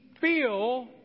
feel